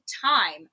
time